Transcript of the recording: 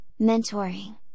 mentoring